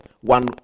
one